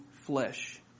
flesh